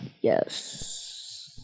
Yes